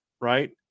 right